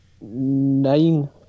nine